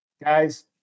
guys